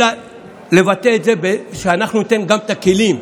אלא לבטא את זה שאנחנו ניתן גם את הכלים.